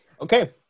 Okay